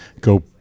go